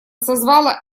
созвало